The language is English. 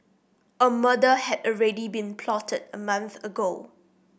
a murder had already been plotted a month ago